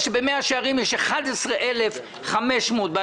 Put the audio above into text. שזאת אחת התוצאות החמורות של